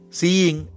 seeing